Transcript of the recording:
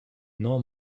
nor